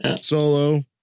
Solo